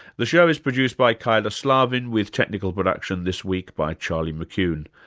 the show is produced by kyla slaven with technical production this week by charlie mccune.